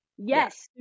Yes